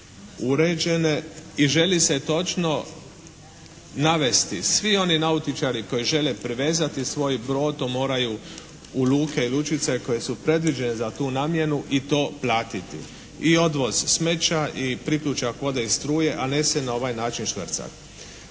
uređene i želi se točno navesti. Svi oni nautičari koji žele privezati svoj brod to moraju u luke i lučice koje su predviđene za tu namjenu i to platiti. I odvoz smeća i priključak vode i struje a ne se na ovaj način švercati.